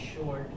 short